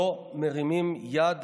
לא מרימים יד